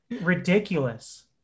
ridiculous